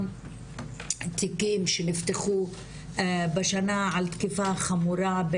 התיקים שנפתחו בשנה על תקיפה חמורה,